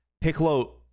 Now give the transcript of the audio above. Piccolo